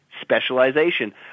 Specialization